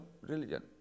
religion